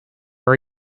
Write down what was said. are